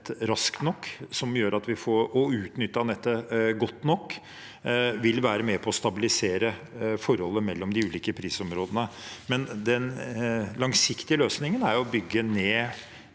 et nett raskt nok og utnyttet nettet godt nok vil være med på å stabilisere forholdet mellom de ulike prisområdene. Den langsiktige løsningen er å bygge ned